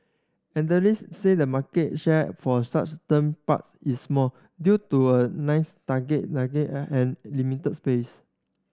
analyst say the market share for such them parks is small due to a nice target limited space